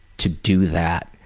to do that.